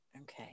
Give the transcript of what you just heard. okay